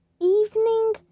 evening